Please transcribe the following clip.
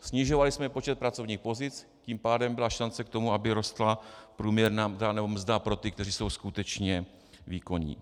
Snižovali jsme počet pracovních pozic, tím pádem byla šance k tomu, aby rostla průměrná mzda nebo mzda pro ty, kteří jsou skutečně výkonní.